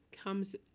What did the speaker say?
comes